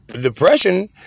depression